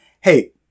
Hey